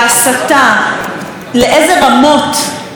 לאיזה רמות הן יגיעו.